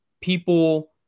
people